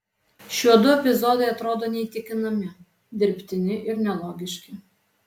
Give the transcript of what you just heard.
šiuodu epizodai atrodo neįtikinami dirbtini ir nelogiški